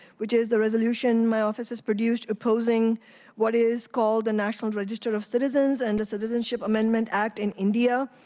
which is the resolution my office has produced opposing what is called the and national register of citizens, and the citizenship amendment act in india.